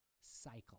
cycle